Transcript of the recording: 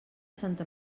santa